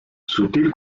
sutil